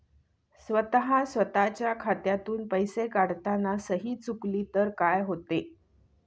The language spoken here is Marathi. स्वतः स्वतःच्या खात्यातून पैसे काढताना सही चुकली तर काय होते?